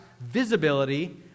visibility